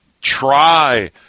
try